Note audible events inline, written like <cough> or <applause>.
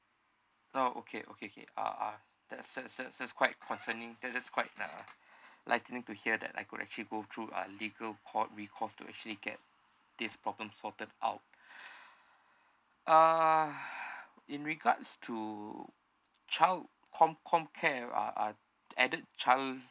ah okay okay okay uh uh that's that's that's just quite concerning that is quite uh lightening to hear that I could actually go through a legal court to actually get this problem sorted out <breath> uh <breath> in regards to child com~ comcare uh uh aided childhood